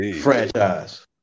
franchise